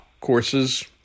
courses